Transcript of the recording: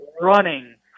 running